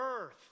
Earth